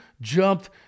jumped